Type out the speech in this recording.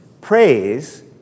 Praise